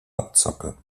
abzocke